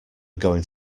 going